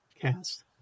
cast